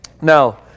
Now